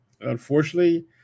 unfortunately